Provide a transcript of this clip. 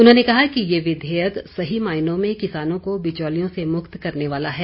उन्होंने कहा कि ये विधेयक सही मायनों में किसानों को बिचौलियों से मुक्त करने वाला है